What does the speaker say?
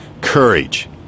Courage